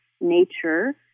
nature